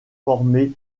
formé